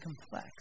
complex